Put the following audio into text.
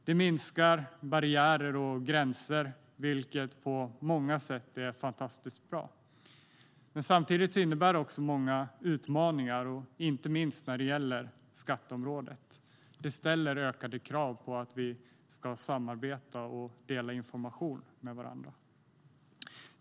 Det minskar barriärer och gränser, vilket på många sätt är fantastiskt bra. Samtidigt innebär det utmaningar, inte minst på skatteområdet. Det ställer ökade krav på att vi samarbetar och delar information med varandra.